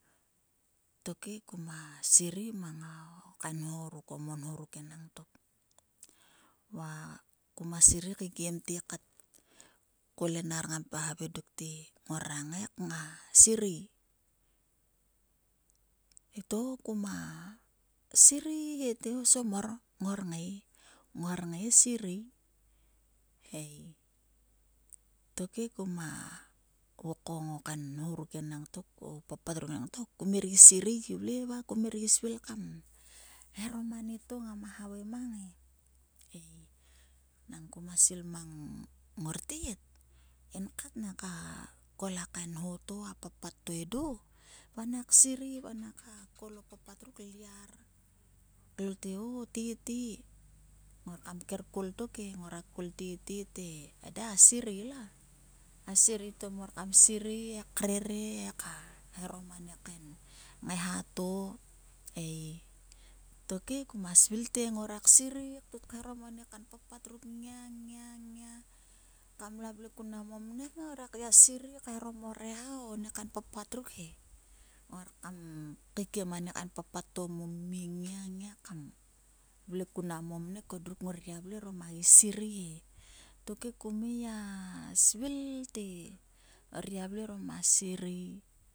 Tokhe koma sirei mo kain nho o monho ruk enangtok. Va kuma sirei keikiemte kat ko lena ngama havaing dokte ngorak ngai ka sirei! To koma sirei! Te o somor! Ngor ngai ngor ngai sirei. Tokhe koma vokong o kain nho ruk enangtok o papat ruktok he kum gi sirei gi vle kum her gi svil kam eharom anieto ngama havai mang he ei. Nang kuma svil mang ngortet enkat naka kol a kain nho to a papat to edo va nak sirei va naka kol a papat ruk lyar te o te, te, nor kam ker kol dok e. Nak kol te eda a serei. A serei to mor kam serei he krere va kmeharom a ni kain ngaiha to ei. Tokhe kuma svil te ngorak serei kut kaiharom o ni kain papat ruk nngia, nngia, nngia kam la vle kun mnam o vnek ngorogia sirei kmeharom o reha o ni kain papat ruk he. Orkam ikiem o ni kain papat ruk mo mie kam vle kun mnam o vnek, ngor gia vle orom ahergi sirei he. Tok he kum ngai gia svil te ngrogia vle orom a hergi serei.